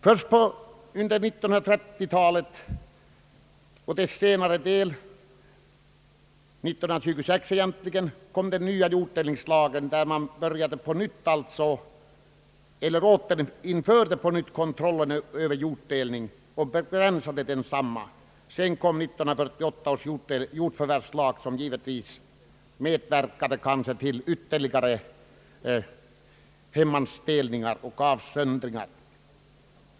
Först år 1926 kom den nya jorddelningslagen, där man på nytt återinförde kontrollen över jorddelningen och begränsade densamma under 1930-talet och dess senare del. Så följde 1948 års jordförvärvslag, som kanske förhindrade delvis ytterligare hemmansdelningar och avsöndringar.